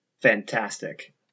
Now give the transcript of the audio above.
Fantastic